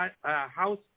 House